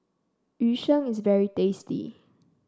Yu Sheng is very tasty